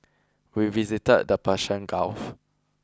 we visited the Persian Gulf